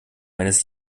eines